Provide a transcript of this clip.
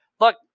look